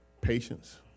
patience